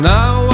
now